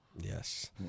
Yes